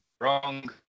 wrong